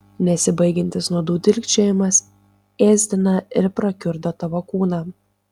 nesibaigiantis nuodų dilgčiojimas ėsdina ir prakiurdo tavo kūną